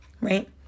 right